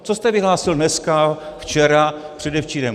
Co jste vyhlásil dneska, včera, předevčírem?